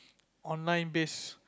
online base